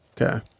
okay